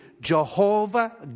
Jehovah